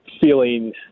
Feeling